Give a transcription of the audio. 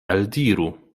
eldiru